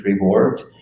reward